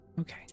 okay